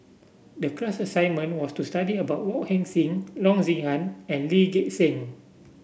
the class assignment was to study about Wong Heck Sing Loo Zihan and Lee Gek Seng